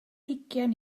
hugain